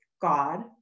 god